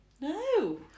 No